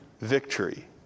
victory